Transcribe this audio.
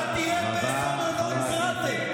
אתה תהיה פרסונה נון גרטה.